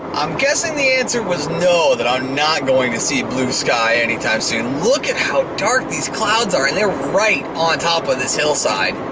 i'm guessing the answer was no that i'm not going to see blue sky any time soon. look at how dark these clouds are and they're right on top of this hillside.